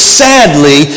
sadly